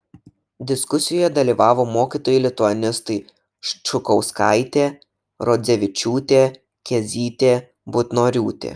diskusijoje dalyvavo mokytojai lituanistai ščukauskaitė rodzevičiūtė kėzytė butnoriūtė